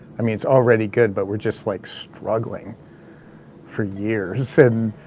i mean, it's already good, but we're just like struggling for years. and